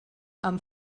amb